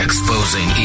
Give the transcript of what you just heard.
Exposing